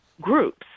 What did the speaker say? groups